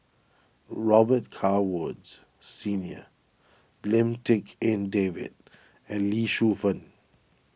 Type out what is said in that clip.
Robet Carr Woods Senior Lim Tik En David and Lee Shu Fen